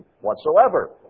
whatsoever